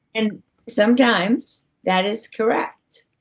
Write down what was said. and sometimes that is correct.